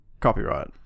Copyright